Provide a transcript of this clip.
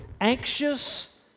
anxious